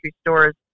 stores